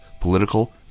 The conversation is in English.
political